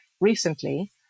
recently